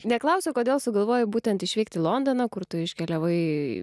neklausiau kodėl sugalvojai būtent išvykt į londoną kur tu iškeliavai